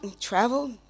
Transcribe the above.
travel